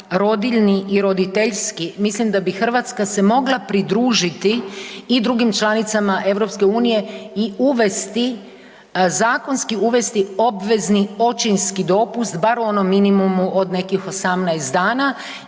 rodiljni i roditeljski, mislim da bi Hrvatska se mogla pridružiti i drugim članicama EU i uvesti zakonski uvesti obvezni očinski dopust bar u onom minimumu od nekih 18 dana